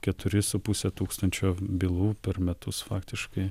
keturi su puse tūkstančio bylų per metus faktiškai